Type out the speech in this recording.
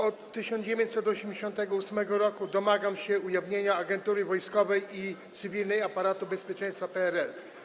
Od 1988 r. domagam się ujawnienia agentury wojskowej i cywilnej aparatu bezpieczeństwa PRL.